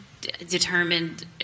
determined